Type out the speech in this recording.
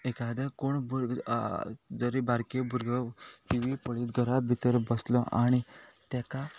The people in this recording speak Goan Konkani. एक कोण भुरगो जरी बारके भुरगो कित्याक भितर बसलो आनी तेका